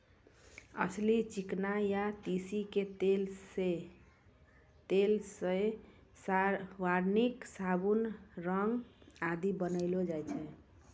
अलसी, चिकना या तीसी के तेल सॅ वार्निस, साबुन, रंग आदि बनैलो जाय छै